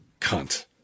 cunt